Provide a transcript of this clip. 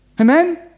Amen